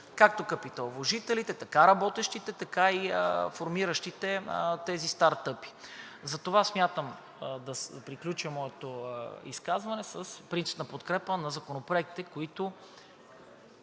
както капиталовложителите, така и работещите, така и формиращите тези стартъп. Затова смятам да приключа моето изказване с принципна подкрепа на законопроектите, които